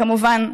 כמובן,